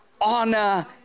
honor